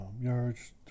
yards